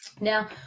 Now